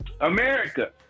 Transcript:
America